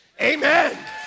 Amen